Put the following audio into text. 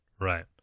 right